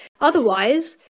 otherwise